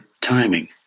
timing